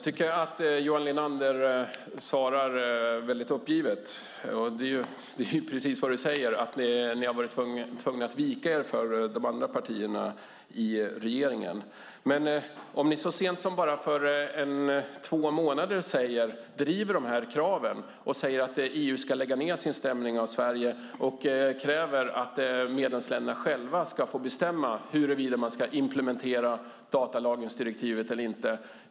Herr talman! Du svarar uppgivet, Johan Linander, och ni har ju varit tvungna att vika er för de andra partierna i regeringen. Så sent som för två månader sedan drev ni dessa krav, sade att EU skulle lägga ned sin stämning av Sverige och krävde att medlemsländerna själva skulle få bestämma om de ska implementera datalagringsdirektivet eller inte.